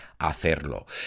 hacerlo